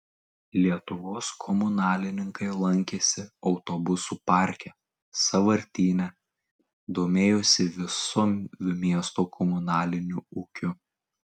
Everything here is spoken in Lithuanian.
lietuvos komunalininkai lankėsi autobusų parke sąvartyne domėjosi visu miesto komunaliniu ūkiu